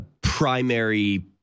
primary